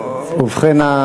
ובכן,